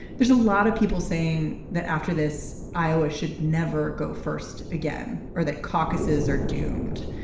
there's a lot of people saying that after this, iowa should never go first again or that caucuses are doomed.